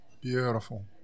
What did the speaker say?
Beautiful